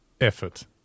effort